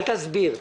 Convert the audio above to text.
אל תסביר.